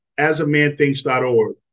asamanthinks.org